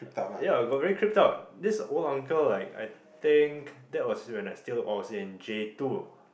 ya I got very creeped up this old uncle like I think that was when I still was in J two